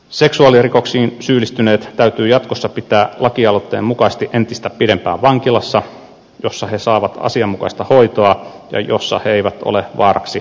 seksuaalirikoksiin syyllistyneet täytyy jatkossa pitää lakialoitteen mukaisesti entistä pidempään vankilassa jossa he saavat asianmukaista hoitoa ja jossa he eivät ole vaaraksi lapsille